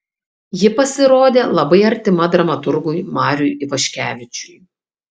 ji pasirodė labai artima dramaturgui mariui ivaškevičiui